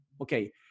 Okay